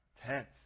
Tenth